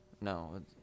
No